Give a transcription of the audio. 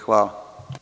Hvala